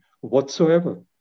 whatsoever